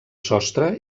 sostre